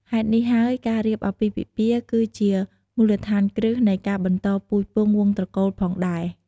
ហេតុនេះហើយ ការរៀបអាពាហ៍ពិពាហ៍គឺជាមូលដ្ឋានគ្រឹះនៃការបន្តពូជពង្សវង្សត្រកូលផងដែរ។